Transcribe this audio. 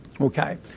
Okay